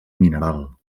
mineral